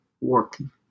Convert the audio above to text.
working